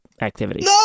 activity